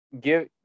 Give